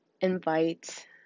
invite